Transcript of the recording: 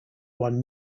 won